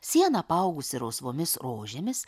siena apaugusi rausvomis rožėmis